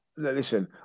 Listen